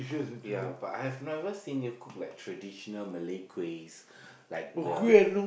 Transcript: ya but I have never seen you cook like traditional Malay kuihs like the